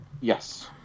Yes